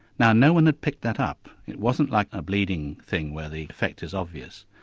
now no one had picked that up, it wasn't like a bleeding thing where the effect is obvious.